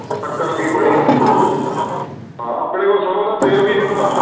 ਸ਼ੱਕਰ ਵੀ ਬਣੀ ਹੁੰਦੀ ਹਾਂ ਆਪਣੇ ਕੋਲ ਸਰੋਂ ਦਾ ਤੇਲ ਵੀ ਹੁੰਦਾ